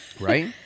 Right